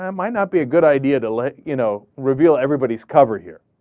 um might not be a good idea to let you know reveal everybody's covered here